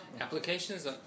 applications